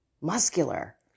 muscular